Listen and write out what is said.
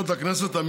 בבחירות לכנסת,